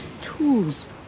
Tools